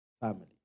family